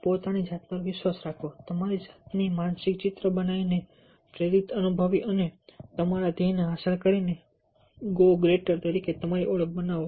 પોતાની જાત પર વિશ્વાસ રાખો તમારી જાતની માનસિક ચિત્ર બનાવીને પ્રેરિત અનુભવીને અને તમારા ધ્યેયને હાંસલ કરીને ગો ગ્રેટર તરીકે તમારી ઓળખ બનાવો